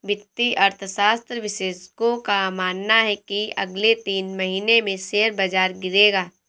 वित्तीय अर्थशास्त्र विशेषज्ञों का मानना है की अगले तीन महीने में शेयर बाजार गिरेगा